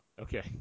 okay